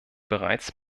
bereits